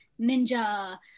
ninja